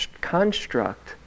construct